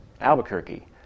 Albuquerque